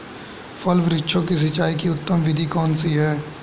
फल वृक्षों की सिंचाई की उत्तम विधि कौन सी है?